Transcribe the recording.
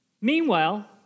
Meanwhile